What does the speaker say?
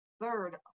third